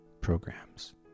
programs